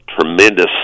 tremendous